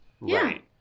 Right